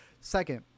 Second